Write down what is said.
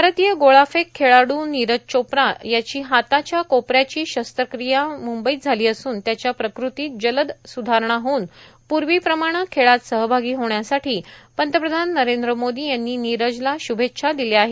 भारतीय गोळाफेक खेळाडू नीरज चोप्रा याची हाताच्या कोपऱ्याची शत्रक्रिया मुंबईत झाली असून त्याच्या प्रकृतीत जलद सुधारणा होऊन पूर्वीप्रमाणं खेळात सहभागी होण्यासाठी पंतप्रधान नरेंद्र मोदी यांनी नीरजला श्रुभेच्छा दिल्या आहेत